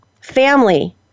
family